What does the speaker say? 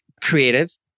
creatives